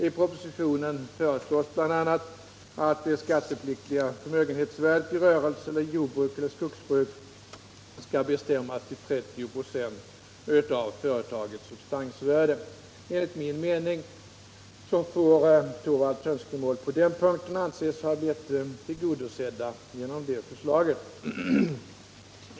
I propositionen föreslås bl.a. att det skattepliktiga förmögenhetsvärdet i rörelse eller i jordbruk eller skogsbruk skall bestämmas till 30 26 av företagets substansvärde. Enligt min mening får herr Torwalds önskemål på denna punkt anses ha blivit tillgodosedda genom detta förslag.